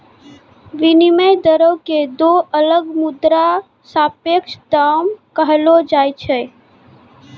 विनिमय दरो क दो अलग मुद्रा र सापेक्ष दाम कहलो जाय छै